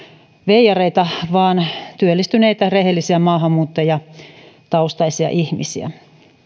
veijareita vaan työllistyneitä rehellisiä maahanmuuttajataustaisia ihmisiä